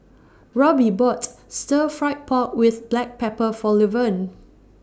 Roby bought Stir Fry Pork with Black Pepper For Levern